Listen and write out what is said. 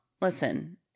listen